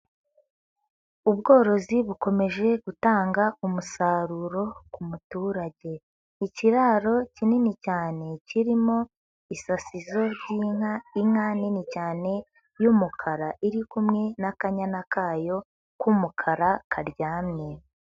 Ubworozi bukomeje gutanga umusaruro ku muturage. Ikiraro kinini cyane kirimo isasizo ry'inka, inka nini cyane y'umukara iri kumwe n'akanyana kayo k'umukara karyamye.